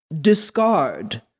discard